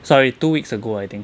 sorry two weeks ago I think